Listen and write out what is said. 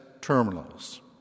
terminals